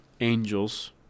angels—